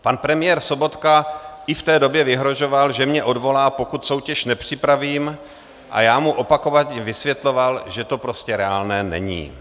Pan premiér Sobotka i v té době vyhrožoval, že mě odvolá, pokud soutěž nepřipravím, a já mu opakovaně vysvětloval, že to prostě reálné není.